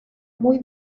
muy